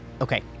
okay